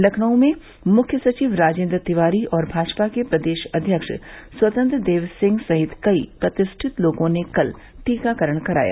लखनऊ में मुख्य सचिव राजेन्द्र तिवारी और भाजपा के प्रदेश अध्यक्ष स्वतंत्र देव सिंह सहित कई प्रतिष्ठित लोगों ने कल टीकाकरण कराया